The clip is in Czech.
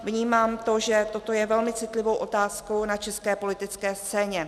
Vnímám to, že toto je velmi citlivou otázkou na české politické scéně.